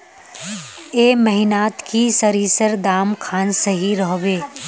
ए महीनात की सरिसर दाम खान सही रोहवे?